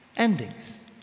Endings